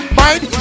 mind